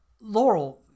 Laurel